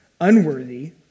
unworthy